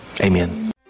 Amen